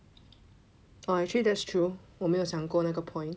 oh actually that's true 我没有想过那个 point